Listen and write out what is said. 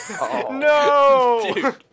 No